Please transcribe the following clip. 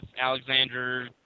Alexander